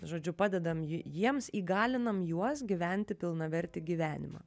žodžiu padedam ji jiems įgalinam juos gyventi pilnavertį gyvenimą